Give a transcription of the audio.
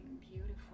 beautiful